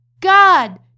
God